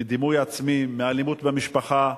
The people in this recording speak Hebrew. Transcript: מדימוי עצמי שלילי, מאלימות במשפחה,